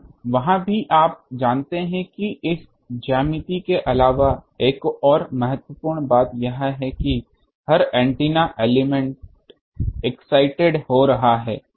और वहाँ भी आप जानते हैं कि इस ज्यामिति के अलावा एक और महत्वपूर्ण बात यह है कि हर एंटीना एलिमेंट एक्साइटेड हो रहा है